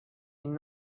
این